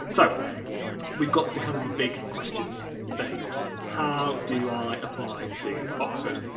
so we've got to kind of the big questions phase how do you i apply to oxford?